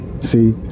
See